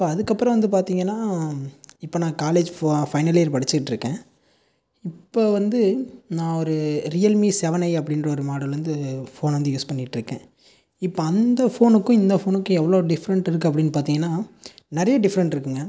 இப்போ அதுக்கப்பறம் வந்து பார்த்தீங்கனா இப்போ நான் காலேஜ் ஃபைனல் இயர் படிச்சிட்டுருக்கேன் இப்போ வந்து நான் ஒரு ரியல்மி செவென் ஏ அப்படின்ற ஒரு மாடல் வந்து ஃபோன் வந்து யூஸ் பண்ணிட்டுருக்கேன் இப்போ அந்த ஃபோனுக்கும் இந்த ஃபோனுக்கும் எவ்வளோ டிஃப்ரெண்ட் இருக்குது அப்படின்னு பார்த்தீங்கனா நிறைய டிஃப்ரெண்ட் இருக்குதுங்க